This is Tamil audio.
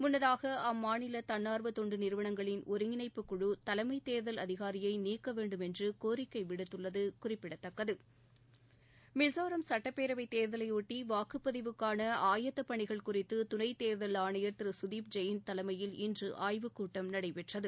முன்னதாக அம்மாநில தன்னார்வ தொண்டு நிறுவனங்களின் ஒருங்கிணைப்பு குழு தலைமை தேர்தல் அதிகாரியை நீக்க வேண்டும் என்று கோரிக்கை விடுத்துள்ளது குறிப்பிடத்தக்கது மிசோரம் சட்டப்பேரவைத் தேர்தலையொட்டி வாக்குப்பதிவுக்கான ஆயத்தப் பணிகள் குறித்து துணை தேர்தல் ஆணையர் திரு கதீப் ஜெயின் தலைமையில் இன்று ஆய்வு கூட்டம் நடைபெற்றது